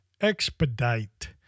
expedite